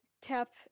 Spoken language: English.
tap